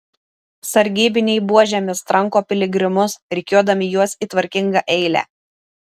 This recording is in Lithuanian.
sargybiniai buožėmis tranko piligrimus rikiuodami juos į tvarkingą eilę